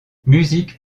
musique